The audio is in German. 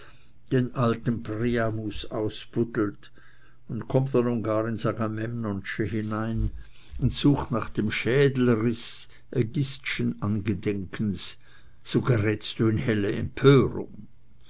den alten priamus ausbuddelt und kommt er nun gar ins agamemnonsche hinein und sucht nach dem schädelriß aegisthschen angedenkens so gerätst du in helle empörung